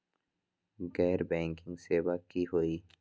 गैर बैंकिंग सेवा की होई?